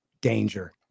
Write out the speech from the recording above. danger